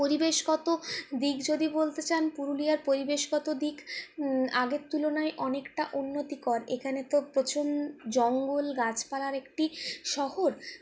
পরিবেশগত দিক যদি বলতে চান পুরুলিয়ার পরিবেশগত দিক আগের তুলনায় অনেকটা উন্নতিকর এখানে তো প্রচুর জঙ্গল গাছপালার একটি শহর